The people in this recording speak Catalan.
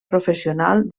professional